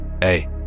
Hey